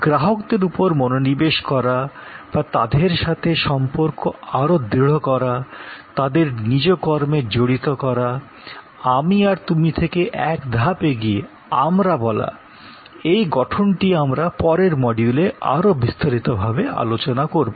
গ্রাহকদের উপর মনোনিবেশ করা বা তাদের সাথে সম্পর্ক আরো দৃঢ় করা তাদের নিজকর্মে জড়িত করা 'আমি' আর 'তুমি' থেকে এক ধাপ এগিয়ে 'আমরা' বলা এই গঠনটি আমরা পরের মডিউলে আরো বিস্তারিত ভাবে আলোচনা করবো